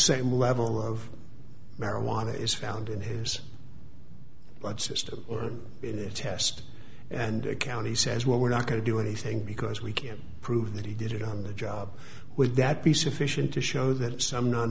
same level of marijuana is found in his blood system or test and account he says we're not going to do anything because we can't prove that he did it on the job would that be sufficient to show that some non